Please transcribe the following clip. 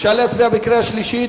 אפשר להצביע בקריאה שלישית?